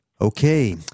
Okay